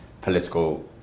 political